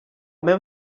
mewn